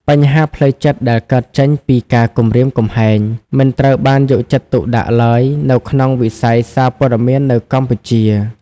បញ្ហាផ្លូវចិត្តដែលកើតចេញពីការគំរាមកំហែង មិនត្រូវបានយកចិត្តទុកដាក់ឡើយនៅក្នុងវិស័យសារព័ត៌មាននៅកម្ពុជា។